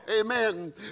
Amen